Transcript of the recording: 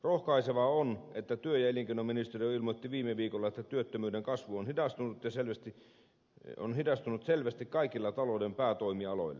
rohkaisevaa on että työ ja elinkeinoministeriö ilmoitti viime viikolla että työttömyyden kasvu on hidastunut selvästi kaikilla talouden päätoimialoilla